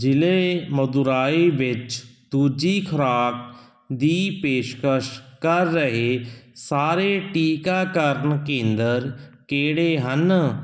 ਜ਼ਿਲ੍ਹੇ ਮਦੁਰਾਈ ਵਿੱਚ ਦੂਜੀ ਖੁਰਾਕ ਦੀ ਪੇਸ਼ਕਸ਼ ਕਰ ਰਹੇ ਸਾਰੇ ਟੀਕਾਕਰਨ ਕੇਂਦਰ ਕਿਹੜੇ ਹਨ